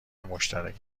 مشترک